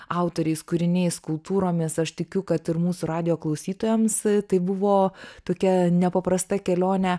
autoriais kūriniais skulptūromis aš tikiu kad ir mūsų radijo klausytojams tai buvo tokia nepaprasta kelionė